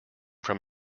from